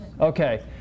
Okay